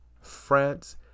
France